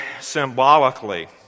symbolically